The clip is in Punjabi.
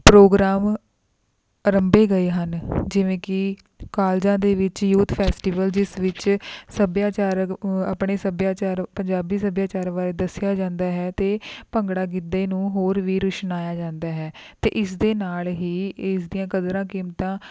ਪ੍ਰੋਗਰਾਮ ਅਰੰਭੇ ਗਏ ਹਨ ਜਿਵੇਂ ਕਿ ਕਾਲਜਾਂ ਦੇ ਵਿੱਚ ਯੂਥ ਫੈਸਟੀਵਲ ਜਿਸ ਵਿੱਚ ਸਭਿਆਚਾਰਕ ਆਪਣੇ ਸਭਿਆਚਾਰ ਪੰਜਾਬੀ ਸਭਿਆਚਾਰ ਬਾਰੇ ਦੱਸਿਆ ਜਾਂਦਾ ਹੈ ਅਤੇ ਭੰਗੜਾ ਗਿੱਧੇ ਨੂੰ ਹੋਰ ਵੀ ਰੁਸ਼ਨਾਇਆ ਜਾਂਦਾ ਹੈ ਅਤੇ ਇਸ ਦੇ ਨਾਲ ਹੀ ਇਸ ਦੀਆਂ ਕਦਰਾਂ ਕੀਮਤਾਂ